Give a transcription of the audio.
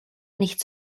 nicht